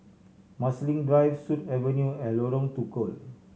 Marsiling Drive Sut Avenue and Lorong Tukol